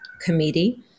committee